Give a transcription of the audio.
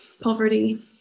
poverty